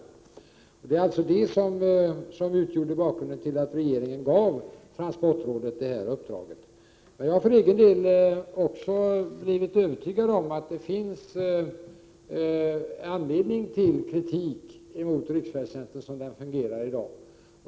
Det var alltså det som utgjorde bakgrunden till att regeringen gav transportrådet detta uppdrag. Jag har för egen del också blivit övertygad om att det finns anledning till kritik mot riksfärdtjänsten så som den fungerar i dag.